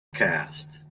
cast